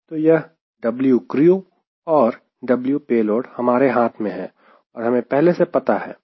तो यह W crew और W payload हमारे हाथ में है और हमें पहले से पता है